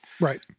Right